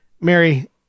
Mary